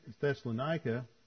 Thessalonica